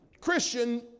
Christian